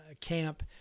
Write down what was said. camp